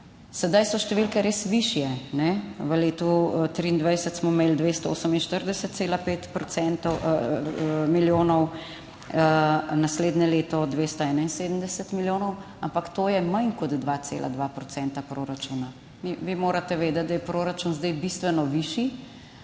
Sedaj so številke res višje. V letu 2023 smo imeli 248,5 milijonov, naslednje leto 271 milijonov, ampak to je manj kot 2,2 procenta proračuna. Vi morate vedeti, da je proračun zdaj bistveno višji.